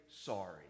sorry